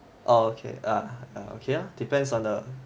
ah okay okay ah depends on the